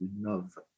love